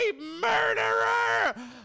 murderer